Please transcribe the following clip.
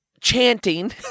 chanting